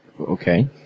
Okay